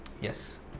Yes